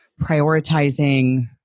prioritizing